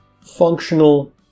functional